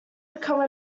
become